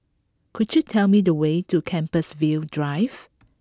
could you tell me the way to Compassvale Drive